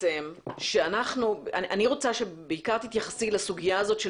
אני רוצה שבעיקר תתייחסי לסוגיה הזאת של